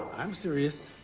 um serious.